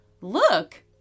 Look